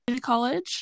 college